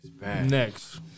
Next